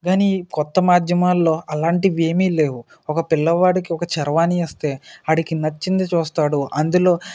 కానీ కొత్త మాధ్యమాలలో అలాంటివి ఏమీ లేవు ఒక పిల్లవాడికి ఒక చరవాణి ఇస్తే వాడికి నచ్చింది చూస్తాడు అందులో